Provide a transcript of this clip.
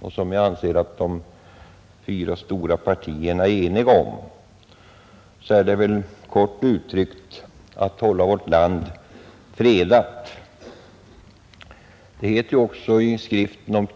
Enligt min mening är de fyra stora partierna eniga om att det kort uttryckt är att hålla vårt land fredat. Det heter också i skriften ”Om